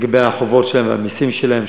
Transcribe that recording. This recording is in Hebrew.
לגבי החובות שלהם והמסים שלהם,